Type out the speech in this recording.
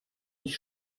mich